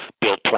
built